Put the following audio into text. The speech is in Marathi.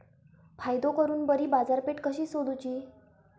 फायदो करून बरी बाजारपेठ कशी सोदुची?